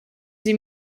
sie